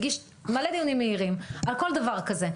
הגיש מלא דיונים מהירים על כל דבר כזה.